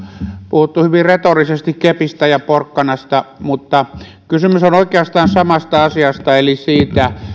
puhuttu hyvin retorisesti kepistä ja porkkanasta mutta kysymys on oikeastaan samasta asiasta eli siitä